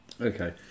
Okay